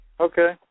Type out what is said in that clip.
Okay